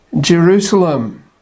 Jerusalem